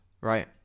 right